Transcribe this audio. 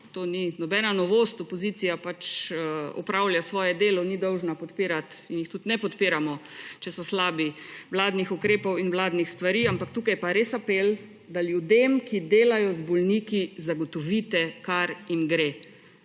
to ni nobena novost. Opozicija pač opravlja svoje delo, ni dolžna podpirati – in jih tudi ne podpiramo, če so slabi – vladnih ukrepov in vladnih stvari. Ampak tukaj pa res apel, da ljudem, ki delajo z bolniki, zagotovite, kar jim